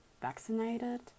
vaccinated